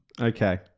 Okay